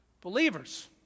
believers